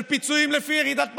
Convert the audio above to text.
של פיצויים לפי ירידת מחזורים.